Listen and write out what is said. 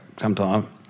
sometime